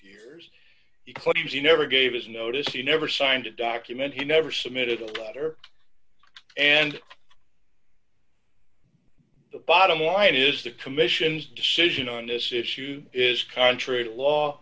years he claims he never gave his notice he never signed a document he never submitted a letter and the bottom line is the commission's decision on this issue is contrary to law